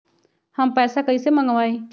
हम पैसा कईसे मंगवाई?